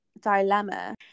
dilemma